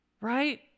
right